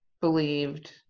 believed